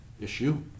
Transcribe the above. issue